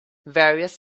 various